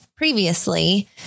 previously